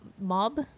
mob